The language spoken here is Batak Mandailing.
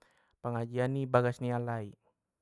Pengajian ni bagas ni alai.